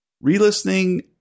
re-listening